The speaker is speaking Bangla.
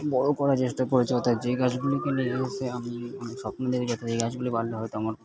বড়ো করার চেষ্টা করেছি অর্থাৎ যে গাছগুলিকে নিয়ে এসে আমি অনেক স্বপ্ন দেখেছি যাতে এই গাছগুলি বাড়লে হয়তো আমার